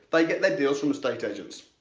they get their deals from estate agents.